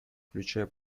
включая